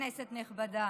כנסת נכבדה,